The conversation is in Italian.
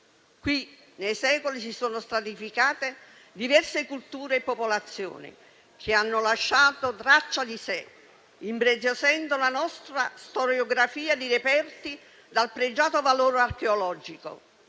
Qui nei secoli si sono stratificate diverse culture e popolazioni che hanno lasciato traccia di sé, impreziosendo la nostra storiografia di reperti dal pregiato valore archeologico.